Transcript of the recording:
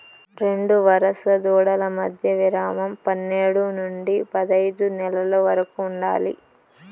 రెండు వరుస దూడల మధ్య విరామం పన్నేడు నుండి పదైదు నెలల వరకు ఉండాలి